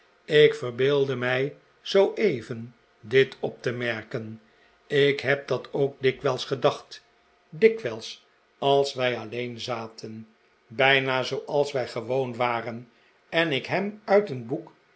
ik verbeeldde mij zooeven dit op te merken ik heb dat ook dikwijls gedacht dikwijls als wij alleen zaten bijna zooals wij gewoon waren en ik hem uit een boek